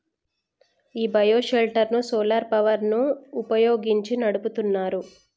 ఈ bio shelter ను solar power ని వుపయోగించి నడుపుతున్నారు